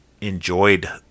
enjoyed